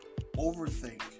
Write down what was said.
overthink